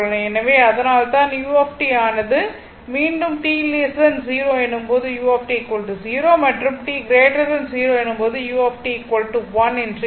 எனவே அதனால்தான் u ஆனது மீண்டும் t 0 எனும் போது u 0 மற்றும் t 0 எனும் போது u 1 என்று இருக்கும்